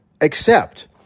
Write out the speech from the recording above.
accept